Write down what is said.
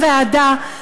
לוועדה,